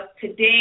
today